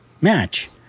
match